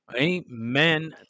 Amen